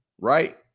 right